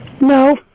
No